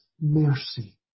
mercy